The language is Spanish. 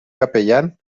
capellán